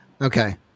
Okay